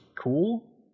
cool